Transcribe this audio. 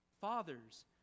Fathers